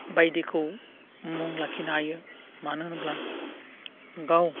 बायदिखौ मुं लाखिनो हायो मानो होनोब्ला गाव